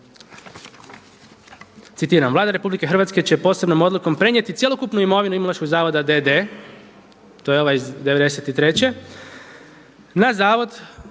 citiram: Vlada RH će posebnom odlukom prenijeti cjelokupnu imovinu Imunološkog zavoda d.d. To je ovaj iz '93. na Zavod